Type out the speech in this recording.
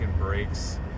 brakes